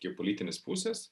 geopolitinės pusės